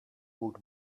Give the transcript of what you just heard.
moet